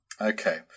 Okay